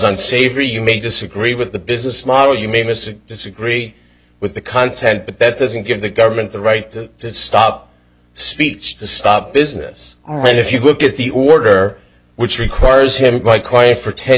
unsavory you may disagree with the business model you may miss i disagree with the content but that doesn't give the government the right to stop speech to stop business and if you look at the order which requires him by quiet for ten